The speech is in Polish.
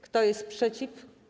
Kto jest przeciw?